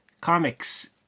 Comics